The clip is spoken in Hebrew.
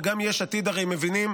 וגם יש עתיד הרי מבינים,